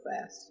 fast